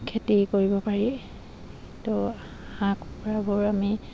খেতি কৰিব পাৰি তো হাঁহ কুকুৰাবোৰ আমি